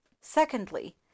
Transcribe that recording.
secondly